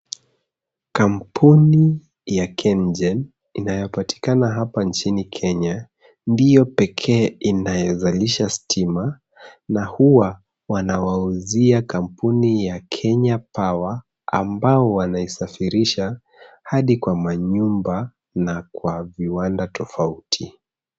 Kampuni ya Kengen inayopatikana hapa nchini Kenya, ndio pekee inayozalisha stima na huwa wanawauzia kampuni ya Kenya Power, ambao wanasafirisha hadi kwa manyumba na kwa viwanda tofauti.